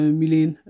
million